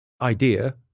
idea